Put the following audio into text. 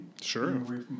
Sure